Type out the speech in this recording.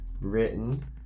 written